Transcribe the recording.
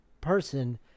person